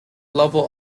lovell